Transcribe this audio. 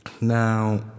Now